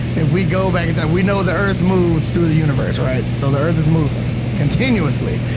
if we go back in time. we know the earth moves through the universe, right? so the earth is moving continuously.